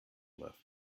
left